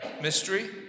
mystery